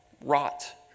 rot